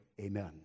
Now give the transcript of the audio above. amen